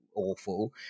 Awful